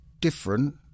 different